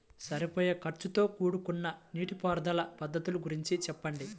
సరిపోయే ఖర్చుతో కూడుకున్న నీటిపారుదల పద్ధతుల గురించి చెప్పండి?